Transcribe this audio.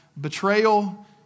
betrayal